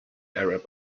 arab